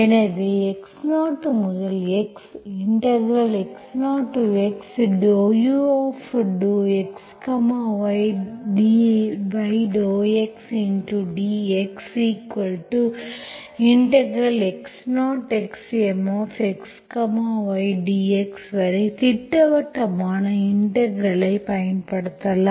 எனவே x0 முதல் x x0x∂uxy∂x dxx0xMxy dx வரை திட்டவட்டமான இன்டெக்ரல்ஐ பயன்படுத்தலாம்